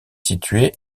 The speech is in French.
située